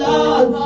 Lord